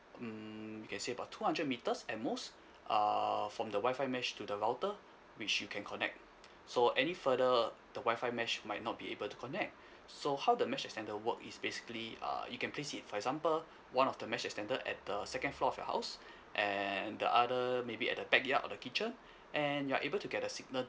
mm you can say about two hundred metres at most err from the wi-fi mesh to the router which you can connect so any further the wi-fi mesh might not be able to connect so how the mesh extender work is basically uh you can place it for example one of the mesh extender at the second floor of your house and the other maybe at the backyard or the kitchen and you're able to get a signal